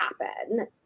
happen